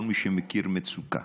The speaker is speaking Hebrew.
כל שמכיר מצוקה